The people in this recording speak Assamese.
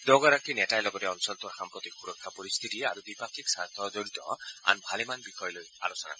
দুয়োগৰাকী নেতাই লগতে অঞ্চলটোৰ সাম্প্ৰতিক সুৰক্ষা পৰিশ্থিতি আৰু দ্বিপাক্ষিক স্বাৰ্থজড়িত আন ভালেমান বিষয় লৈ আলোচনা কৰে